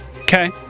Okay